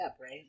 right